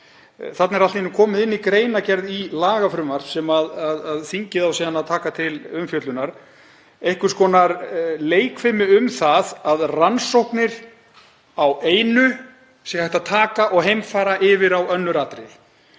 þarna er allt í einu komið inn í greinargerð í lagafrumvarpi, sem þingið á síðan að taka til umfjöllunar, einhvers konar leikfimi um það að rannsóknir á einu sé hægt að taka og heimfæra yfir á önnur atriði.